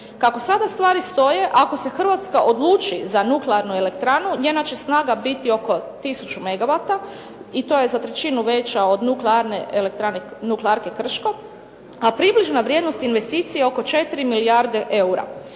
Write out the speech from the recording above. Kako sada stvari stoje, ako se Hrvatska odluči za nuklearnu elektranu njena će snaga biti oko 1000 megawatta i to je za trećinu veća od nuklearke Krško, a približna vrijednost investicije je oko 4 milijarde eura.